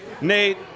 Nate